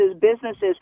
businesses